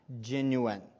Genuine